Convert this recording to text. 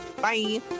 Bye